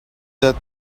that